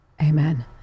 Amen